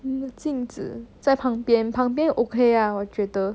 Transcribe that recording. um 镜子在旁边旁边 okay ah 我觉得